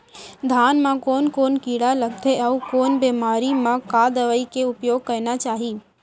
धान म कोन कोन कीड़ा लगथे अऊ कोन बेमारी म का दवई के उपयोग करना चाही?